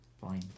fine